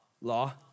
law